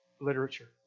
literature